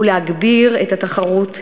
ולהגביר את התחרות,